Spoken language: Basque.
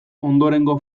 ondorengo